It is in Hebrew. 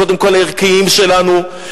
קודם כול הערכיים שלנו,